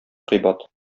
кыйбат